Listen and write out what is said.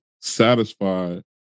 satisfied